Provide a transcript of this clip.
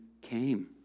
came